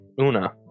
Una